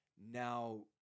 now